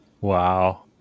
Wow